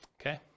okay